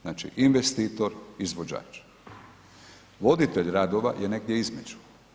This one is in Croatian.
Znači investitor, izvođač, voditelj radova je negdje između.